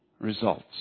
Results